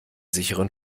sicheren